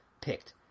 picked